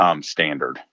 Standard